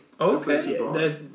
Okay